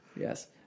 Yes